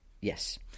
Yes